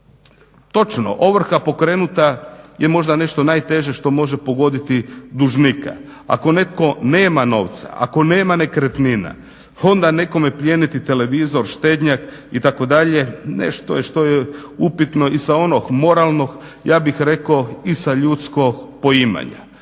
Točno, ovrha pokrenuta je možda nešto najteže što može pogoditi dužnika. Ako netko nema novca, ako nema nekretnina onda nekome plijeniti televizor, štednjak itd. nešto je što je upitno i sa onog moralnog, ja bih rekao i sa ljudskog poimanja.